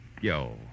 Yo